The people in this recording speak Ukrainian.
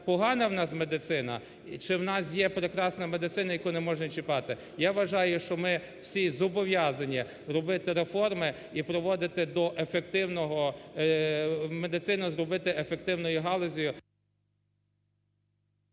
погана в нас медицина чи у нас є прекрасна медицина, яку не можна чіпати? Я вважаю, що ми всі зобов'язані робити реформи і приводити до ефективного… медицину зробити ефективною галуззю…